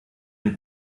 den